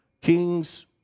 kings